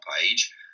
page